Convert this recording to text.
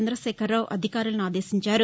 చంద్రశేఖరరావు అధికారులను ఆదేశించారు